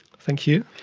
thank you.